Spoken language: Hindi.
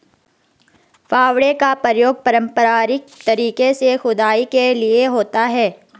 फावड़े का प्रयोग पारंपरिक तरीके से खुदाई के लिए होता है